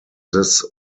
this